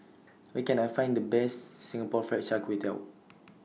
Where Can I Find The Best Singapore Fried Kway Tiao